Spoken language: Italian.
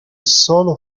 solo